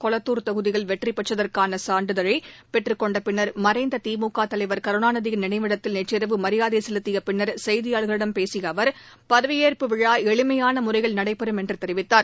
கொளத்தார் தொகுதியில் வெற்றி பெற்றதற்கான சான்றிதழை பெற்றுக் கொண்ட பின்னர் மறைந்த திமுக தலைவர் கருணாநிதியின் நினைவிடத்தில் நேற்றிரவு மரியாதை செலுத்திய பின்னர் செய்தியாளர்களிடம் பேசிய அவர் பதவியேற்பு விழா எளிமையான முறையில் நடைபெறும் என்று தெரிவித்தார்